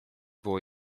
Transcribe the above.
było